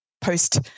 post